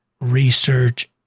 research